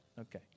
Okay